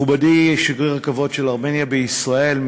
מכובדי שגריר הכבוד של ארמניה בישראל,